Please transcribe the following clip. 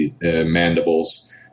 mandibles